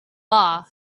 are